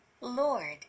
Lord